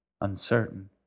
uncertain